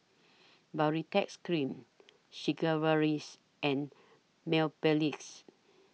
Baritex Cream Sigvaris and Mepilex